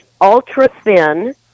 ultra-thin